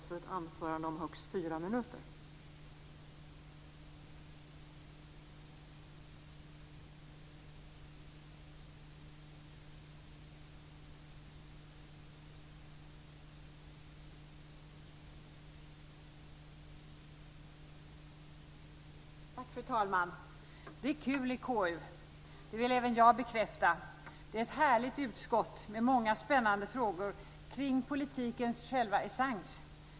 Fru talman! Det är kul i KU. Det vill även jag bekräfta. Det är ett härligt utskott med många spännande frågor kring politikens själva essens.